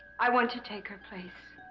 i want to take her place